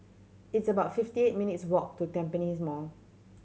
it's about fifty eight minutes' walk to Tampines Mall